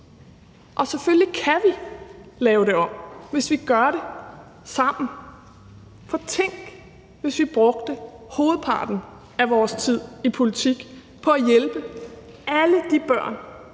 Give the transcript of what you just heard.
om. Selvfølgelig kan vi lave det om, hvis vi gør det sammen. Tænk, hvis vi brugte hovedparten af vores tid i politik på at hjælpe alle de børn,